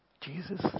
Jesus